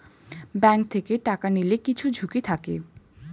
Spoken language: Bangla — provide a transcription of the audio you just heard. ব্যাঙ্ক থেকে টাকা নিলে কিছু ঝুঁকি থাকে